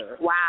Wow